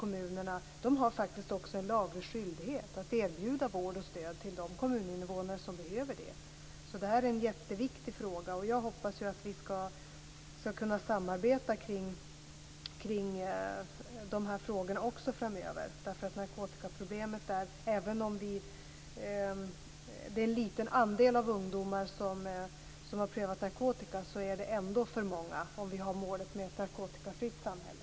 Kommunerna har faktiskt också en laglig skyldighet att erbjuda vård och stöd till de kommuninnevånare som behöver det. Det är en jätteviktig fråga. Jag hoppas att vi skall kunna samarbeta kring frågorna rörande narkotikaproblemet också framöver. Även om det är en liten andel av ungdomarna som har prövat narkotika så är det ändå för många om vi har målet om ett narkotikafritt samhälle.